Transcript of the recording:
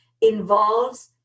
involves